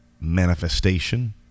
manifestation